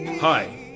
Hi